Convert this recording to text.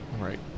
Right